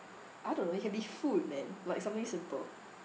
I don't know it can be food man like something simple